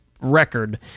record